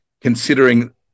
considering